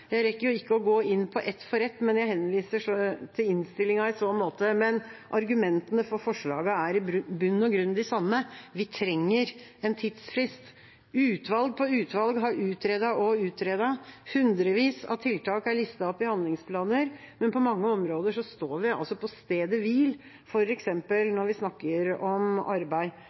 Jeg rekker ikke å gå inn på dem ett for ett, jeg henviser til innstillinga i så måte, men argumentene for forslagene er i bunn og grunn de samme: Vi trenger en tidsfrist. Utvalg på utvalg har utredet og utredet, hundrevis av tiltak er listet opp i handlingsplaner, men på mange områder står vi altså på stedet hvil, f.eks. når vi snakker om arbeid.